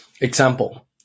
example